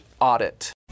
audit